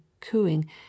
cooing